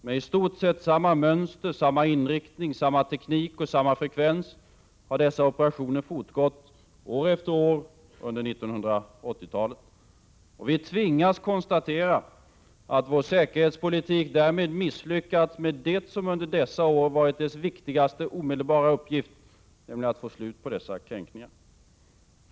Med i stort sett samma mönster, inriktning, teknik och frekvens har dessa operationer fortgått år efter år under 1980-talet. Vi tvingas konstatera att vår säkerhetspolitik därmed misslyckats med det som under dessa år varit dess viktigaste omedelbara uppgift, nämligen att få slut på dessa kränkningar.